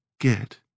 get